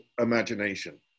imagination